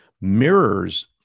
mirrors